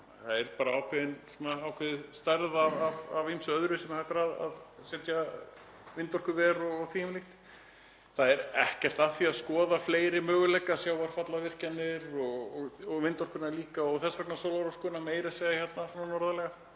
Það er bara ákveðin stærð af ýmsu öðru þar sem hægt er að setja vindorkuver og því um líkt. Það er ekkert að því að skoða fleiri möguleika, sjávarfallavirkjanir, vindorkuna líka og þess vegna sólarorkuna, meira að segja svona norðarlega.